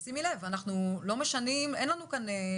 שימי לב שלא ביקשנו שינויים.